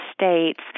states